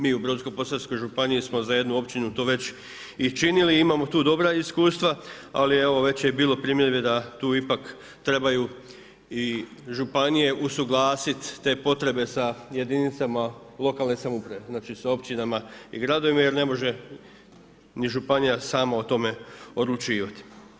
Mi u brodsko-posavskoj županiji smo za jednu općinu to već i činili, imamo tu dobra iskustva, ali evo već je i bilo primjedbe da tu ipak trebaju i županije usuglasit te potrebe sa jedinicama lokalne samouprave, znači sa općinama i gradovima je ne može ni županija sama o tome odlučivat.